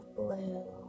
blue